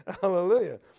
Hallelujah